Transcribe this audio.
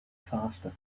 faster